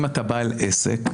אם אתה בעל עסק,